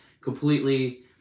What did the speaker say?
completely